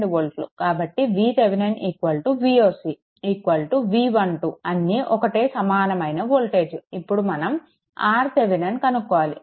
కాబట్టి VThevenin Voc V12 అన్నీ ఒక్కటే సమానమైన వోల్టేజ్ ఇప్పుడు మనం RThevenin కనుక్కోవాలి